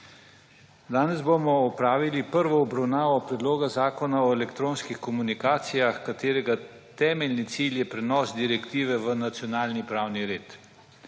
Danes bomo opravili prvo obravnavo Predloga zakona o elektronskih komunikacijah, katerega temeljni cilj je prenos direktive v nacionalni pravni red.